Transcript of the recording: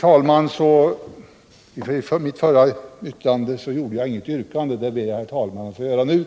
framställde jag inte något yrkande, herr talman. men det ber jag att få göra nu.